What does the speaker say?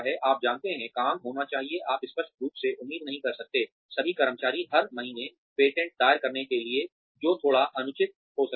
आप जानते हैं काम होना चाहिए आप स्पष्ट रूप से उम्मीद नहीं कर सकते हैं सभी कर्मचारी हर महीने पेटेंट दायर करने के लिए जो थोड़ा अनुचित हो सकता है